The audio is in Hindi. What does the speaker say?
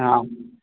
हाँ